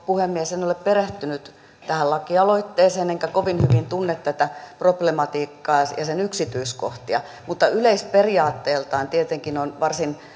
puhemies en ole perehtynyt tähän lakialoitteeseen enkä kovin hyvin tunne tätä problematiikkaa ja sen yksityiskohtia mutta yleisperiaatteeltaan tietenkin on varsin